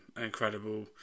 Incredible